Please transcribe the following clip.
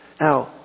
Now